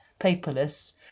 paperless